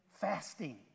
fasting